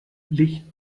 licht